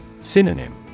Synonym